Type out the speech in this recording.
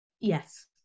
Yes